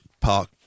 Park